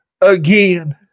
again